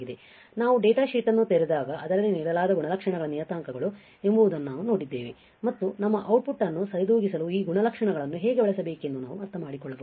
ಆದ್ದರಿಂದ ನಾವು ಡೇಟಾಶೀಟ್ ಅನ್ನು ತೆರೆದಾಗ ಅದರಲ್ಲಿ ನೀಡಲಾದ ಗುಣಲಕ್ಷಣಗಳ ನಿಯತಾಂಕಗಳು ಎಂಬುದನ್ನು ನಾವು ನೋಡಿದ್ದೇವೆ ಮತ್ತು ನಮ್ಮ ಔಟ್ಪುಟ್ ಅನ್ನು ಸರಿದೂಗಿಸಲು ಈ ಗುಣಲಕ್ಷಣಗಳನ್ನು ಹೇಗೆ ಬಳಸಬೇಕೆಂದು ನಾವು ಅರ್ಥಮಾಡಿಕೊಳ್ಳಬಹುದು